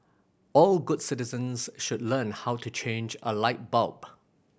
all good citizens should learn how to change a light bulb